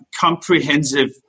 comprehensive